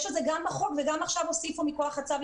יש את זה גם בחוק וגם עכשיו הוסיפו מכוח הצו.